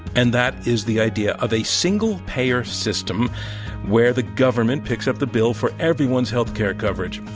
and that is the idea of a single-payer system where the government picks up the bill for everyone's healthcare coverage,